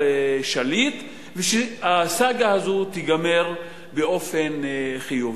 שליט ושהסאגה הזאת תיגמר באופן חיובי.